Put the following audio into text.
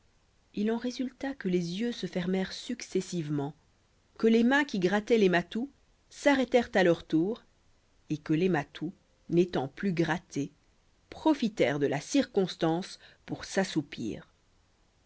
il en résulta que les yeux se fermèrent successivement que les mains qui grattaient les matous s'arrêtèrent à leur tour et que les matous n'étant plus grattés profitèrent de la circonstance pour s'assoupir